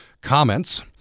comments